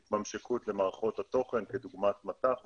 כולל התממשקות למערכות התוכן כדוגמת מט"ח ואחרים,